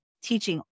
teaching